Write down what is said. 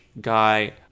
guy